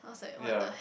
ya